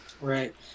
Right